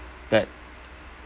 that